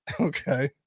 Okay